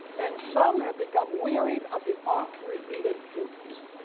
and some had become wearied of the oft-repeated truths.